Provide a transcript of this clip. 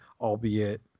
albeit